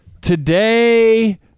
Today